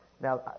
Now